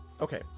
okay